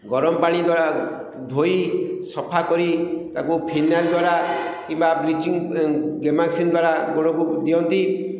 ଗରମ ପାଣି ଦ୍ୱାରା ଧୋଇ ସଫା କରି ତାକୁ ଫିନାଇଲ୍ ଦ୍ୱାରା କିମ୍ବା ବ୍ଲିଚିଂ ଗେମାକ୍ସିନ୍ ଦ୍ୱାରା ଗୋଡ଼କୁ ଦିଅନ୍ତି